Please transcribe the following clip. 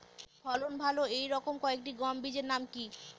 ফলন ভালো এই রকম কয়েকটি গম বীজের নাম কি?